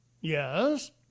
Yes